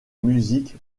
musique